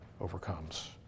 overcomes